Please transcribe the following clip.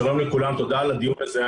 שלום לכולם, תודה על הדיון הזה.